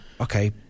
okay